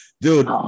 Dude